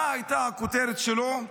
את יודעת מה הייתה הכותרת שלו?